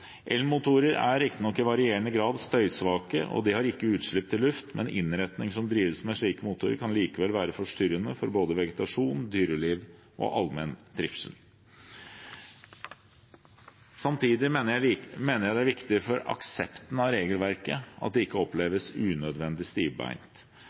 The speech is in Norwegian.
luft, men innretninger som drives med slike motorer, kan likevel være forstyrrende for både vegetasjon, dyreliv og allmenn trivsel. Samtidig mener jeg det er viktig for aksepten av regelverket at det ikke